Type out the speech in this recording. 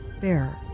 Bearer